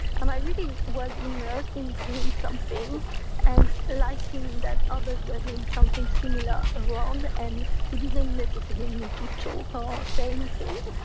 and i really was immersed in doing something and liking that others were doing something similar around, and we didn't necessarily need to talk or say anything,